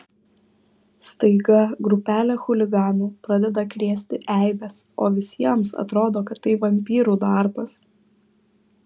staiga grupelė chuliganų pradeda krėsti eibes o visiems atrodo kad tai vampyrų darbas